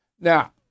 Now